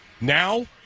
Now